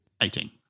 Eighteen